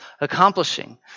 accomplishing